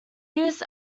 use